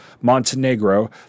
Montenegro